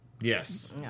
Yes